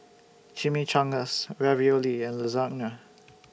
Chimichangas Ravioli and Lasagna